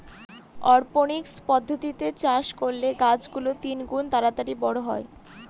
অরপনিক্স পদ্ধতিতে চাষ করলে গাছ গুলো তিনগুন তাড়াতাড়ি বড়ো হয়